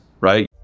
right